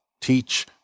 teach